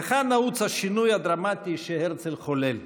וכאן נעוץ השינוי הדרמטי שהרצל חולל.